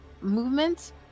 movement